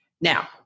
Now